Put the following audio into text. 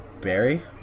Barry